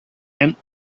tent